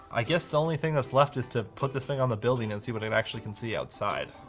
i guess the only thing that's left is to put this thing on the building and see what it actually can see outside.